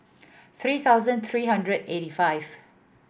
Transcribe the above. three thousand three hundred eighty five